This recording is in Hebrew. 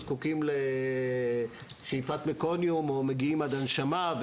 מגיעים עם שאיפת מקוניום או מגיעים עד הנשמה,